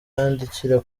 yandikira